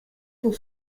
pour